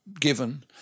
given